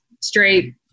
straight